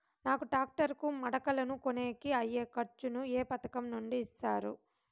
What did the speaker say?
నాకు టాక్టర్ కు మడకలను కొనేకి అయ్యే ఖర్చు ను ఏ పథకం నుండి ఇస్తారు?